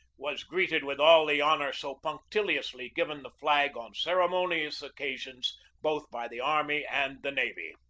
was greeted with all the honor so punc tiliously given the flag on ceremonious occasions both by the army and the navy.